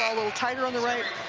tighter on the right.